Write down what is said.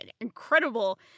incredible